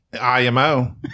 IMO